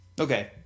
Okay